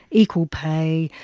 equal pay,